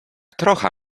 trocha